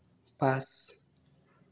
পাঁচ